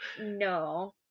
No